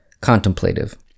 contemplative